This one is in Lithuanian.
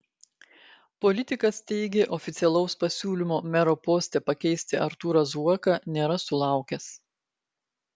politikas teigė oficialaus pasiūlymo mero poste pakeisti artūrą zuoką nėra sulaukęs